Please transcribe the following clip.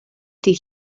dydd